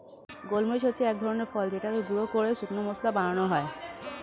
গোলমরিচ হচ্ছে এক ধরনের ফল যেটাকে গুঁড়ো করে শুকনো মসলা বানানো হয়